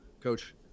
coach